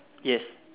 yes